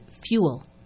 fuel